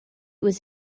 was